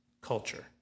culture